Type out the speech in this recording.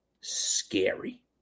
scary